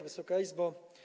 Wysoka Izbo!